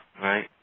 right